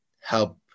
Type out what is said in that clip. help